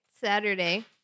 Saturday